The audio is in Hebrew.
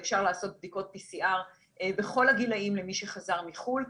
ואפשר לעשות בדיקות PCR בכל הגילאים למי שחזר מחו"ל,